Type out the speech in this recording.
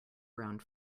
around